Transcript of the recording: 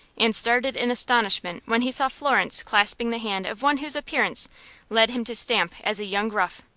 and started in astonishment when he saw florence clasping the hand of one whose appearance led him to stamp as a young rough.